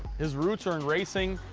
his roots are in racing,